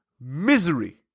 misery